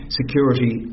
security